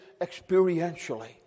experientially